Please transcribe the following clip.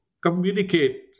communicate